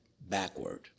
backward